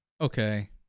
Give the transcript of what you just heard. okay